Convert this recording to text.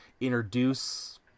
introduce